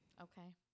Okay